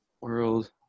World